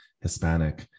hispanic